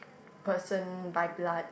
person by blood